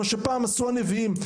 מה שפעם עשו הנביאים.